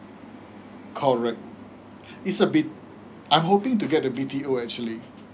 correct it's a bit I'm hoping to get the B_T_O actually